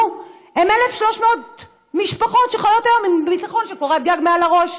הן 1,300 משפחות שחיות היום עם ביטחון של קורת גג מעל הראש.